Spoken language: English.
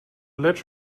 let